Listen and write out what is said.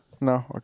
No